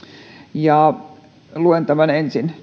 ja luen tämän ensin